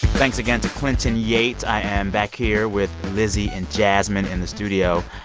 thanks again to clinton yates. i am back here with lizzie and jasmine in the studio.